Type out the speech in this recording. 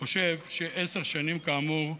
אני חושב שעשר שנים, כאמור,